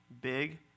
big